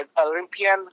Olympian